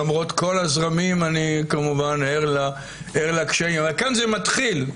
למרות כל הזרמים, אבל כאן זה מתחיל.